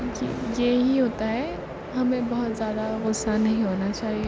یہی ہوتا ہے ہمیں بہت زیادہ غصہ نہیں ہونا چاہیے